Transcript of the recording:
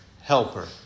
helper